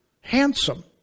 handsome